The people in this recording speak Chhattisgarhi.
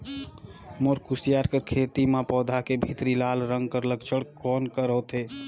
मोर कुसियार कर खेती म पौधा के भीतरी लाल रंग कर लक्षण कौन कर होथे?